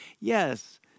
yes